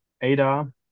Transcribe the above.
Ada